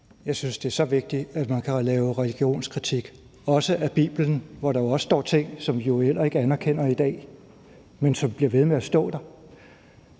Jeg synes, det er så vigtigt, at man kan lave religionskritik, også af Bibelen, hvor der jo også står ting, som vi heller ikke anerkender i dag, men som bliver ved med at stå der.